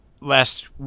last